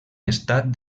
estat